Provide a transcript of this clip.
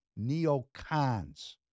neocons